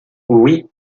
oui